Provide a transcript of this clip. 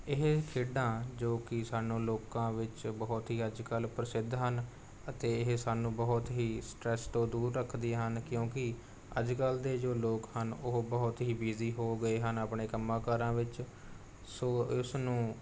ਇਹ ਖੇਡਾਂ ਜੋ ਕਿ ਸਾਨੂੰ ਲੋਕਾਂ ਵਿੱਚ ਬਹੁਤ ਹੀ ਅੱਜ ਕੱਲ੍ਹ ਪ੍ਰਸਿੱਧ ਹਨ ਅਤੇ ਇਹ ਸਾਨੂੰ ਬਹੁਤ ਹੀ ਸਟ੍ਰੈਸ ਤੋਂ ਦੂਰ ਰੱਖਦੀਆਂ ਹਨ ਕਿਉਂਕਿ ਅੱਜ ਕੱਲ੍ਹ ਦੇ ਜੋ ਲੋਕ ਹਨ ਉਹ ਬਹੁਤ ਹੀ ਬੀਜ਼ੀ ਹੋ ਗਏ ਹਨ ਆਪਣੇ ਕੰਮਾਂ ਕਾਰਾਂ ਵਿੱਚ ਸੋ ਉਸਨੂੰ